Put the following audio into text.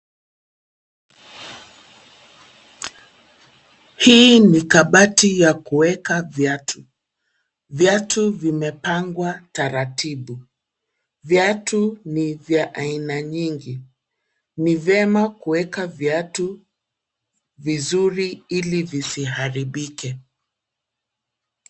Hii ni kabati ya kuweka viatu. Viatu vimepangwa taratibu. Viatu ni vya aina nyingi. Ni vyema kuweka viatu vizuri ili visiharibike.